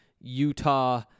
Utah